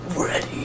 ready